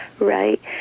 right